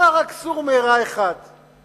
אומר רק "סור מרע" אחד.